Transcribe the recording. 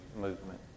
movement